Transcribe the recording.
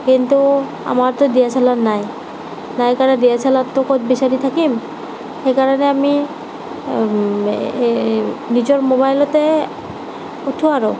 কিন্তু আমাৰতো D S L R নাই নাই কাৰণে ডি এছ এল আৰটো ক'ত বিচাৰি থাকিম সেইকাৰণে আমি এই নিজৰ মোবাইলতে উঠোঁ আৰু